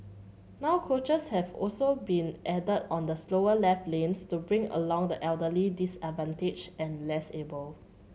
now coaches have also been added on the slower left lanes to bring along the elderly disadvantaged and less able